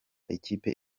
ikipe